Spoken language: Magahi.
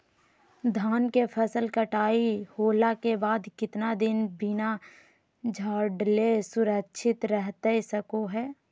धान के फसल कटाई होला के बाद कितना दिन बिना झाड़ले सुरक्षित रहतई सको हय?